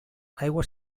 aigua